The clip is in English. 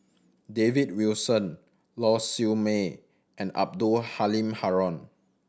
David Wilson Lau Siew Mei and Abdul Halim Haron